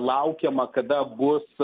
laukiama kada bus